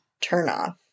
turnoff